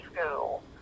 school